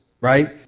right